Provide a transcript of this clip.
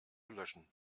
löschen